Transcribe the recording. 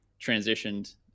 transitioned